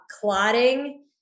Clotting